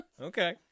Okay